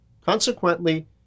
Consequently